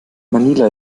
manila